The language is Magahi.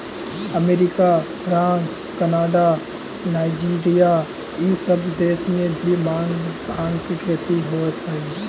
अमेरिका, फ्रांस, कनाडा, नाइजीरिया इ सब देश में भी भाँग के खेती होवऽ हई